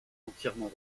entièrement